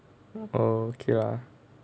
oh okay lah